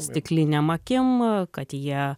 stiklinėm akim kad jie